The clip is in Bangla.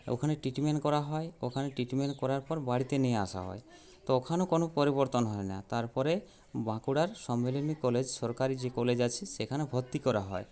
ওখানে ট্রিটমেন্ট করা হয় ওখানে ট্রিটমেন্ট করার পর বাড়িতে নিয়ে আসা হয় তো ওখানেও কোনো পরিবর্তন হয় না তারপরে বাঁকুড়ার সম্মিলনী কলেজ সরকারি যে কলেজ আছে সেখানে ভর্তি করা হয়